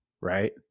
right